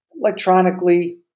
electronically